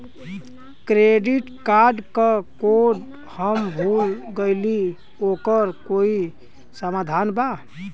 Credit card क code हम भूल गइली ओकर कोई समाधान बा?